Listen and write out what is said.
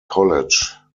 college